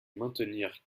maintenir